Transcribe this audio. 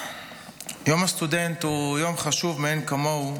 יום הסטודנט הוא יום חשוב מאין כמוהו.